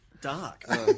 dark